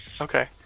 Okay